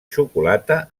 xocolata